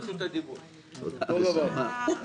תודה רבה.